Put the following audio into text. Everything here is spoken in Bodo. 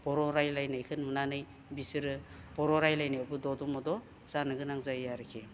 बर' रायज्लायनायखो नुनानै बिसोरो बर' रायज्लायनायाव द'द' मद' माजो गोनां जायो आरोखि